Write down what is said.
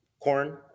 corn